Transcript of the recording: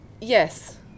yes